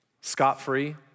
scot-free